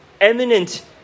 eminent